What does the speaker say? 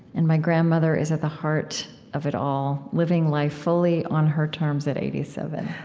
and my grandmother is at the heart of it all, living life fully on her terms, at eighty seven.